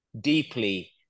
deeply